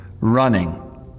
running